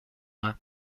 mains